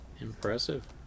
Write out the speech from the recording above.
Impressive